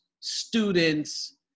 students